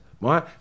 right